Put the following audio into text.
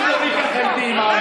אל תדברי איתי ככה עם האצבע.